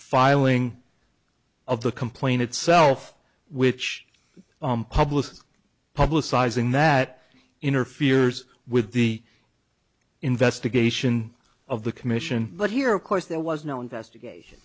filing of the complaint itself which publishes publicising that interferes with the investigation of the commission but here of course there was no investigation